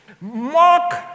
Mark